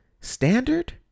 standard